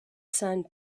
sand